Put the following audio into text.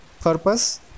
purpose